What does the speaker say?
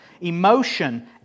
emotion